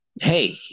Hey